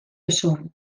osoan